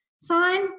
sign